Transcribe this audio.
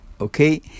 Okay